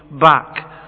back